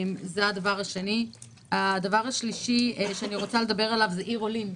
דבר שלישי: עיר עולים,